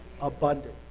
abundant